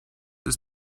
ist